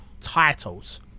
titles